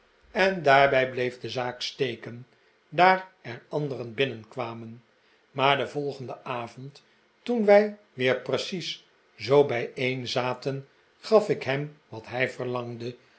en daarbij bleef de zaak steken daar er anderen binnenkwamen maar den volgenden avond toen wij weer precies zoo bijeenzaten gaf ik hem wat hij verlangde